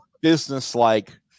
business-like